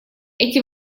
эти